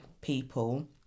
people